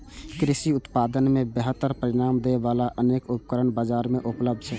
कृषि उत्पादन मे बेहतर परिणाम दै बला अनेक उपकरण बाजार मे उपलब्ध छै